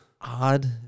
odd